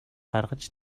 гаргаж